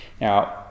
Now